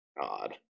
God